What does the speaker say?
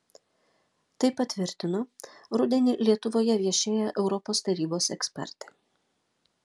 tai patvirtino rudenį lietuvoje viešėję europos tarybos ekspertai